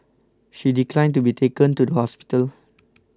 she declined to be taken to the hospital